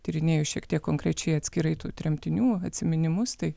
tyrinėju šiek tiek konkrečiai atskirai tų tremtinių atsiminimus tai